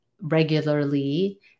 regularly